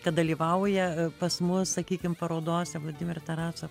kad dalyvauja pas mus sakykim parodose vladimir tarasov